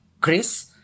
Chris